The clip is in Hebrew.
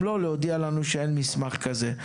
אם לא, להודיע לנו שאין מסמך כזה.